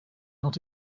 not